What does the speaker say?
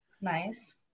Nice